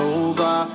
over